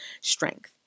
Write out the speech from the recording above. strength